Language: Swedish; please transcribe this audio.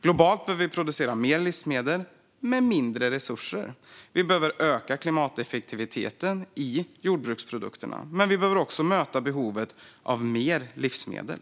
Globalt behöver vi producera mer livsmedel med mindre resurser. Vi behöver öka klimateffektiviteten i jordbruksprodukterna, men vi behöver också möta behovet av mer livsmedel.